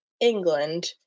England